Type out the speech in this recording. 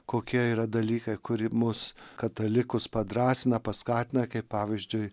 kokie yra dalykai kuri mus katalikus padrąsina paskatina kaip pavyzdžiui